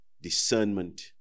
discernment